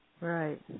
Right